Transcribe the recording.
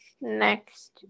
next